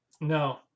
no